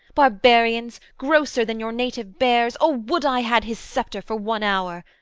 barbarians, grosser than your native bears o would i had his sceptre for one hour!